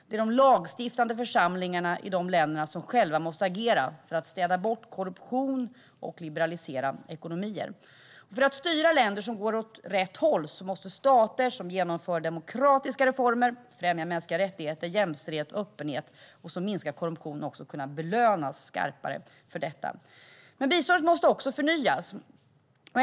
Det är de lagstiftande församlingarna i dessa länder som själva måste agera för att städa bort korruption och liberalisera ekonomier. För att styra länder som går åt rätt håll måste stater som genomför demokratiska reformer, främjar mänskliga rättigheter, jämställdhet och öppenhet och minskar korruption kunna belönas för detta. Biståndet måste också förnyas.